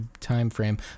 timeframe